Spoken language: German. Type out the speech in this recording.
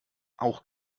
auch